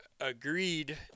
agreed